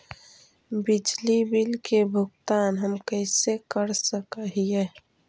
बिजली बिल के भुगतान हम कैसे कर सक हिय?